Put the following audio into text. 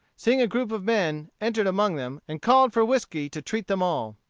seeing a group of men, entered among them, and called for whiskey to treat them all.